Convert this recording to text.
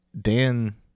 Dan